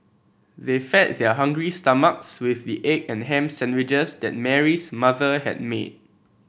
they fed their hungry stomachs with the egg and ham sandwiches that Mary's mother had made